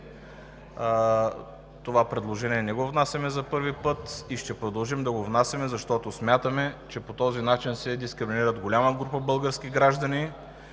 Това предложение не го внасяме за първи път и ще продължим да го внасяме, защото смятаме, че по този начин се дискриминират голяма група български граждани,